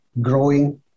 growing